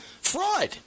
fraud